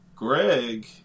Greg